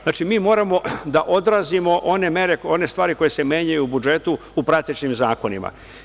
Znači mi moramo da odrazimo one stvari koje se menjaju u budžetu u praktičnim zakonima.